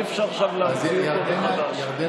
אי-אפשר עכשיו, הכול מחדש.